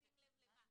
בשים לב למה?